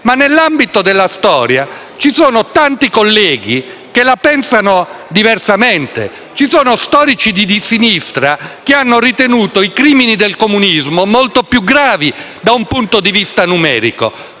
riflessione storica, però, ci sono tanti colleghi che la pensano diversamente, ci sono storici di sinistra che hanno ritenuto i crimini del comunismo molto più gravi da un punto di vista numerico.